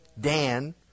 Dan